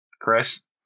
Chris